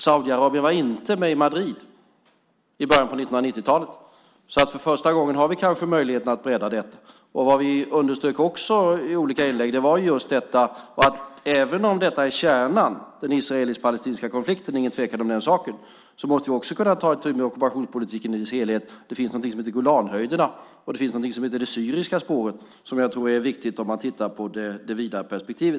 Saudiarabien var inte med i Madrid i början av 1990-talet. För första gången har vi alltså möjlighet att bredda detta. Detta underströks också i olika inlägg - även om den israelisk-palestinska konflikten är kärnan måste vi också kunna ta itu med ockupationspolitiken i dess helhet. Det finns något som heter Golanhöjderna, och det finns något som heter det syriska spåret som är viktigt i ett vidare perspektiv.